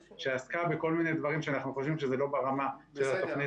שעסקה בכל מיני דברים שאנחנו חושבים שהם לא ברמה של התוכנית המחוזית.